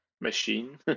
machine